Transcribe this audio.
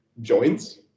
joints